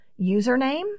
username